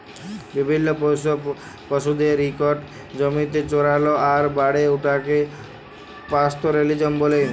বিভিল্ল্য পোষা পশুদের ইকট জমিতে চরাল আর বাড়ে উঠাকে পাস্তরেলিজম ব্যলে